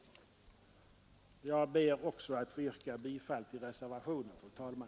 Jag ber att få yrka bifall till reservationen, fru talman.